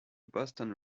boston